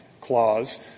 clause